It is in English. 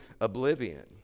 oblivion